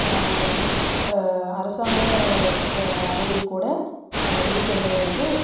அரசாங்கம் அவையில் கூட இளைஞர்கள் வந்து